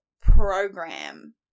program